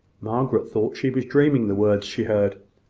margaret thought she was dreaming the words she heard.